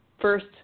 first